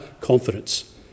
confidence